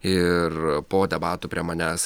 ir po debatų prie manęs